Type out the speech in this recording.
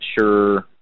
sure